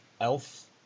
elf